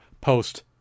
post-